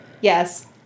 yes